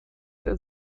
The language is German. der